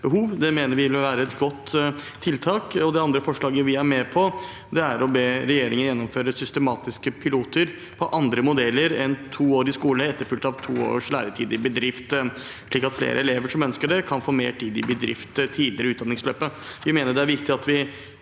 yrkesfagopplæringen 2024 Det andre forslaget vi er med på, er å be regjeringen gjennomføre systematiske piloter på andre modeller enn to år i skole etterfulgt av to års læretid i bedrift, slik at flere elever som ønsker det, kan få mer tid i bedrift tidligere i utdanningsløpet. Vi mener det er viktig at vi